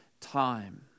time